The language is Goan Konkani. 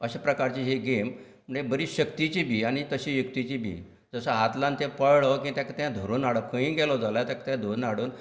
अश्या प्रकारची ही गेम म्हळ्यार आनी बरीच शक्तिची बी आनी तशी युक्तिची बीन जसो हात लावन तें पळो की तेका तें धरून हाडप खंयी गेलो जाल्यार तेका तें धरून हाडून